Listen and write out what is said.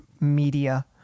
media